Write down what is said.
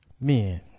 men